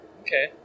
okay